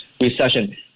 recession